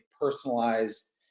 personalized